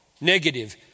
negative